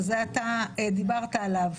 שזה עתה דיברת עליו